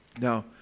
Now